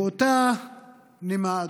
באותה נימה,